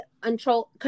control